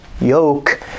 yoke